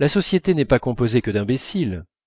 la société n'est pas composée que d'imbéciles